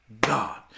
God